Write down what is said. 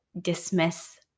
dismiss